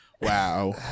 wow